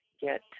get